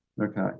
okay